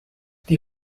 die